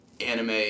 anime